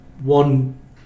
one